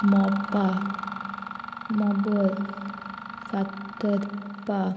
Mopa Mobor Fatorpa